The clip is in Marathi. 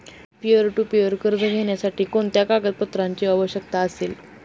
पीअर टू पीअर कर्ज घेण्यासाठी कोणत्या कागदपत्रांची आवश्यकता असेल?